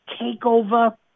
takeover